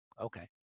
Okay